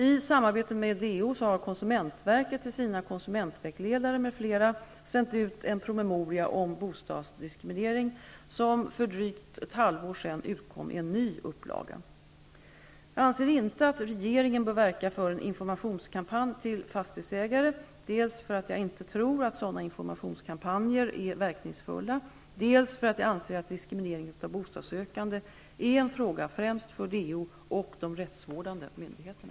I samarbete med DO har konsumentverket till sina konsumentvägledare m.fl. sänt en promemoria om bostadsdiskriminering, som för drygt ett halvår sedan utkom i en ny upplaga. Jag anser inte att regeringen bör verka för en informationskampanj riktad till fastighetsägare dels därför att jag inte tror att sådana informationskampanjer är verkningsfulla, dels därför att jag anser att diskriminering av bostadssökande är en fråga främst för DO och de rättsvårdande myndigheterna.